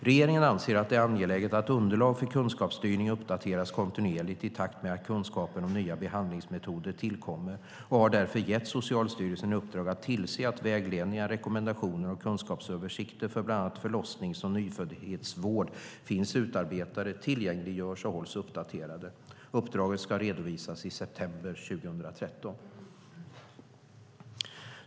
Regeringen anser att det är angeläget att underlag för kunskapsstyrning uppdateras kontinuerligt i takt med att kunskapen om nya behandlingsmetoder tillkommer och har därför gett Socialstyrelsen i uppdrag att tillse att vägledningar, rekommendationer och kunskapsöversikter för bland annat förlossnings och nyföddhetsvård finns utarbetade, tillgängliggörs och hålls uppdaterade. Uppdraget ska redovisas i september 2013.